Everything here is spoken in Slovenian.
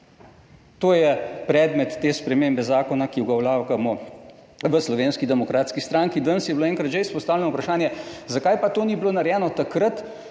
To je predmet te spremembe zakona, ki ga vlagamo v Slovenski demokratski stranki. Danes je bilo enkrat že izpostavljeno vprašanje, zakaj pa to ni bilo narejeno takrat,